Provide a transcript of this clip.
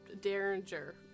Derringer